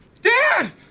Dad